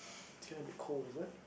it's gonna be cold is it